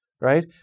right